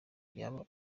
yaba